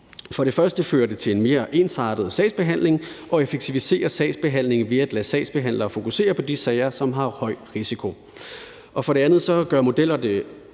For det første fører det til en mere ensartet sagsbehandling, og det effektiviser sagsbehandlingen via at lade sagsbehandlere fokusere på de sager, som har høj risiko. For det andet gør modellerne det